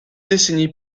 décennies